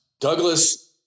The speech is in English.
Douglas